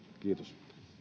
kiitos